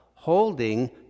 holding